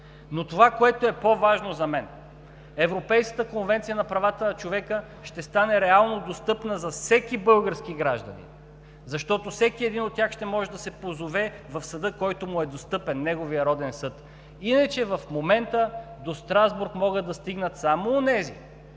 Това, което е по-важно за мен, Европейската конвенция на правата на човека ще стане реално достъпна за всеки български гражданин, защото всеки един от тях ще може да се позове в съда, който му е достъпен, неговия роден съд. Иначе, в момента до Страсбург могат да стигнат само онези,